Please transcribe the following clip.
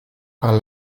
par